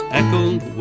echoed